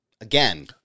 Again